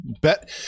bet